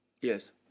Yes